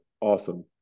awesome